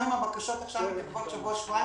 גם אם הבקשות עכשיו מתעכבות שבוע-שבועיים,